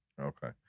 Okay